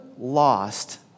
Lost